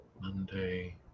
Monday